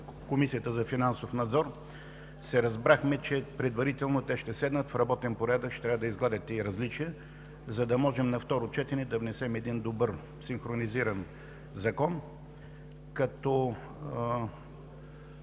Комисията за финансов надзор ние се разбрахме, че те ще седнат, предварително в работен порядък ще трябва да изгладят тези различия, за да можем на второ четене да внесем един добър, синхронизиран закон.